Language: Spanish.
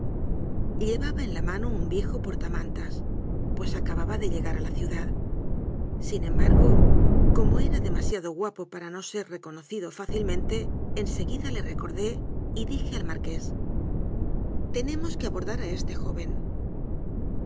lleva ba en la mano un viejo portamantas pues aca baba de llegar a la ciudad sin embargo como era demasiado guapo para no ser reconocido fá cilmente en seguida le recordé y dije al mar qués tenemos que abordar a este joven